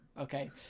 okay